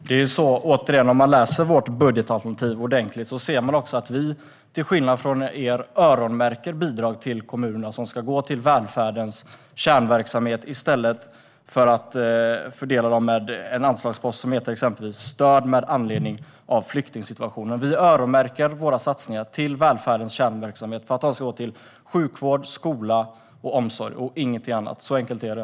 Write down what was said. Herr talman! Återigen: Om man läser vårt budgetalternativ ordentligt ser man att vi till skillnad från er öronmärker bidrag till kommunerna som ska gå till välfärdens kärnverksamhet i stället för att fördela dem exempelvis genom en anslagspost som heter Stöd med anledning av flyktingsituationen. Vi öronmärker våra anslag till välfärdens kärnverksamhet. De ska gå till sjukvård, skola och omsorg, ingenting annat. Så enkelt är det.